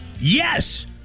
Yes